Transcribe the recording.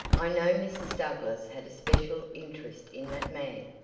i know mrs. douglass had a special interest in that man,